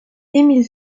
émile